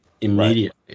immediately